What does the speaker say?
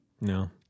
No